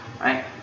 right